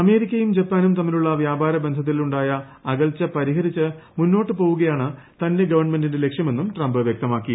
അമേരിക്കയും ജപ്പാനും തമ്മിലുള്ള വ്യാപാര്യ ബ്ന്ധത്തിൽ ഉണ്ടായ അകൽച്ച പരിഹരിച്ച് മുന്നോട്ട് പോകൂക്യാ്ണ് തന്റെ ഗവൺമെന്റിന്റെ ലക്ഷ്യമെന്നും ട്രംപ് വ്യക്തമാക്കി